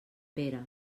pere